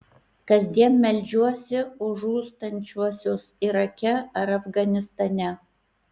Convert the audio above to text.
kasdien meldžiuosi už žūstančiuosius irake ar afganistane